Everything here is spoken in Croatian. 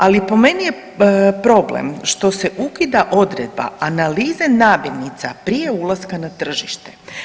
Ali po meni je problem što se ukida odredba analize namirnica prije ulaska na tržište.